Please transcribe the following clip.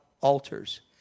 altars